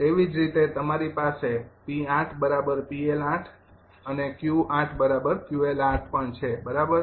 તેવી જ રીતે તમારી પાસે 𝑃૮𝑃𝐿૮ અને 𝑄૮𝑄𝐿૮ પણ છે બરાબર